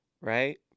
right